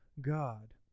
God